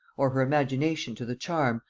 or her imagination to the charm,